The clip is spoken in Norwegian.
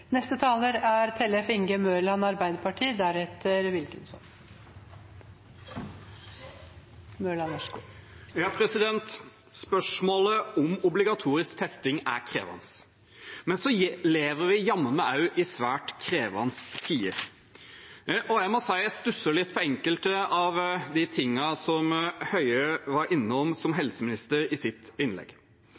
Spørsmålet om obligatorisk testing er krevende. Men så lever vi jammen meg også i svært krevende tider. Jeg må si jeg stusser litt på enkelte av de tingene som Høie var innom som helseminister i sitt innlegg.